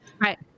Right